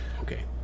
Okay